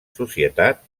societat